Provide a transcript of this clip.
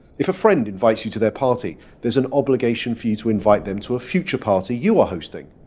if a friend invites you to their party, there's an obligation for you to invite them to a future party you are hosting.